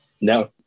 No